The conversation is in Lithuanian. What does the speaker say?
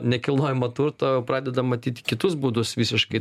nekilnojamo turto pradeda matyti kitus būdus visiškai